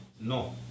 No